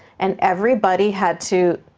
and everybody had to,